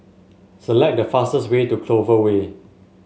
select the fastest way to Clover Way